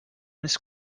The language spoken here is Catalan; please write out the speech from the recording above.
ens